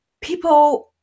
people